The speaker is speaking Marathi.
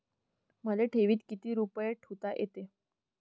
मले ठेवीत किती रुपये ठुता येते?